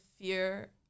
fear